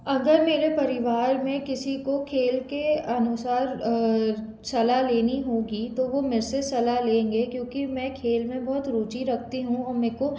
अगर मेरे परिवार में किसी को खेल के अनुसार सलाह लेनी होगी तो वो मेरे से सलाह लेंगे क्योंकि मैं खेल में बौहत रुचि रखती हूँ और मुझको